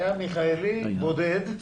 מיכאלי, בודד,